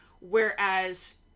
Whereas